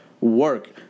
work